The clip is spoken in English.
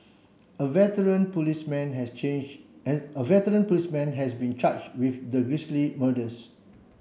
a veteran policeman has change as a veteran policeman has been charge with the murders